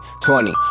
Twenty